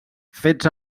fets